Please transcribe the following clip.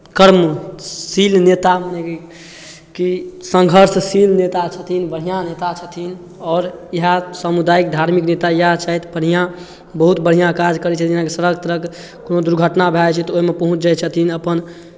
कर्मशील नेता मनेकि कि संघर्षशील नेता छथिन बढ़िआँ नेता छथिन आओर इएह सामुदायिक धार्मिक नेता इएह छथि बढ़िआँ बहुत बढ़िआँ काज करै छेथिन जेनाकि सड़क तड़क कोनो दुर्घटना भए जाइ छै तऽ ओहिमे पहुँचि जाइ छथिन अपन